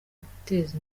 guteza